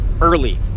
early